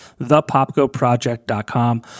thepopgoproject.com